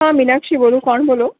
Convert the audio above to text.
હા મીનાક્ષી બોલું કોણ બોલો